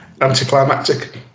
anticlimactic